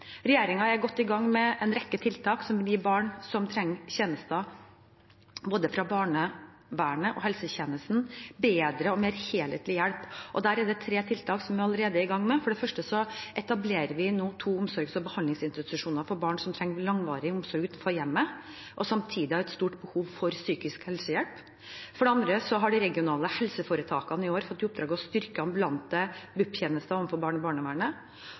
er godt i gang med en rekke tiltak som vil gi barn som trenger tjenester, både fra barnevernet og fra helsetjenesten, bedre og mer helhetlig hjelp, og der er det tre tiltak som vi allerede er i gang med. For det første etablerer vi nå to omsorgs- og behandlingsinstitusjoner for barn som trenger langvarig omsorg utenfor hjemmet og samtidig har et stort behov for psykisk helsehjelp. For det andre har de regionale helseforetakene i år fått i oppdrag å styrke ambulante BUP-tjenester overfor barn i barnevernet.